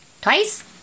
twice